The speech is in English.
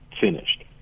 finished